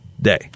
day